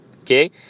Okay